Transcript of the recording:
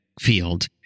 field